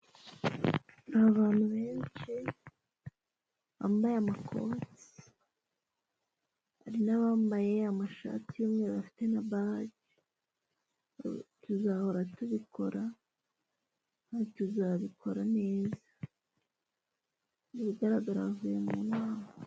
Ni abantu benshi bambaye amakoti, hari n'abambaye amashati y'umweru bafite na baje, tuzahora tubikora kandi tuzabikora neza. Ibigaragara bavuye mu nama.